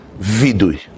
vidui